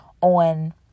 on